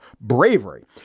bravery